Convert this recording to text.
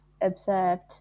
observed